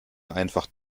einfach